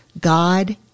God